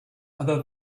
other